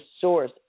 source